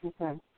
Okay